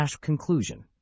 Conclusion